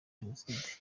jenoside